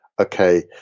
okay